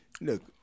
Look